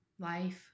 life